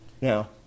Now